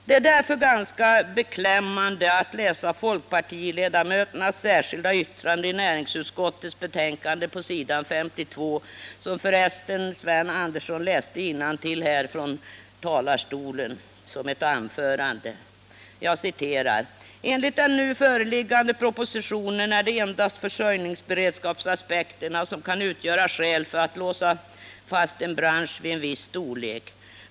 Det är därför ganska beklämmande att läsa folkpartiledamöternas särskilda yttrande i näringsutskottets betänkande på s. 52, som för resten Sven Andersson i Örebro läste upp här från talarstolen som ett anförande. I det särskilda yttrandet står bl.a. följande: ”Enligt den nu föreliggande propositionen är det endast försörjningsberedskapsaspekterna som kan utgöra ett skäl för att låsa fast en bransch vid en viss storlek.